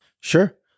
Sure